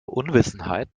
unwissenheit